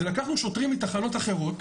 זה לקחנו שוטרים מתחנות אחרות,